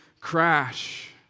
crash